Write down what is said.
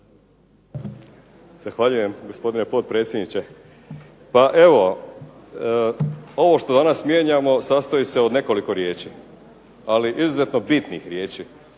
Zahvaljujem, gospodine potpredsjedniče. Pa evo, ovo što danas mijenjamo sastoji se od nekoliko riječi, ali izuzetno bitnih riječi.